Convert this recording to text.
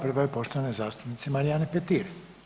Prva je poštovane zastupnice Marijane Petir.